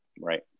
Right